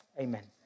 Amen